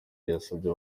yasabye